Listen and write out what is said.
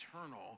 eternal